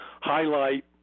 highlight